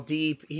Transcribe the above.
deep